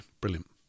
Brilliant